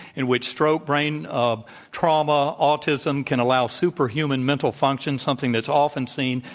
in which strobe brain um trauma, autism, can allow super human mental function, something that's often seen,